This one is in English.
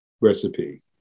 recipe